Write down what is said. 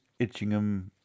Itchingham